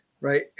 right